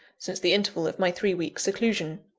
since the interval of my three weeks' seclusion.